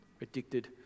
addicted